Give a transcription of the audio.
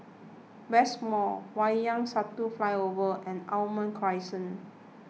West Mall Wayang Satu Flyover and Almond Crescent